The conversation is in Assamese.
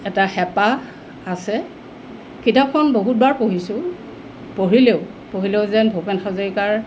এটা হেঁপাহ আছে কিতাপখন বহুতবাৰ পঢ়িছোঁ পঢ়িলেও পঢ়িলেও যেন ভূপেন হাজৰিকাৰ